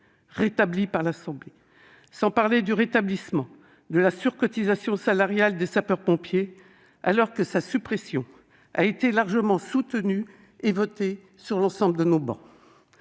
rétabli -, sans parler du rétablissement de la surcotisation salariale des sapeurs-pompiers, alors que sa suppression avait été largement soutenue et votée sur l'ensemble de nos travées.